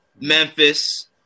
Memphis